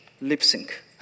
lip-sync